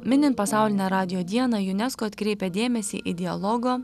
minint pasaulinę radijo dieną unesco atkreipė dėmesį į dialogo